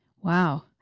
Wow